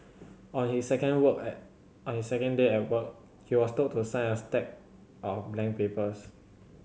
on his second work at on his second day at work he was told to sign a stack of blank papers